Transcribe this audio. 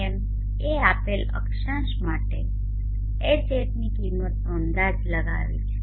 m એ આપેલ અક્ષાંશ માટે Hatની કિંમતનો અંદાજ લગાવે છે